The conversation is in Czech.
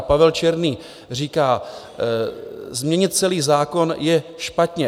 Pavel Černý říká: Změnit celý zákon je špatně.